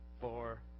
four